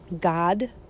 God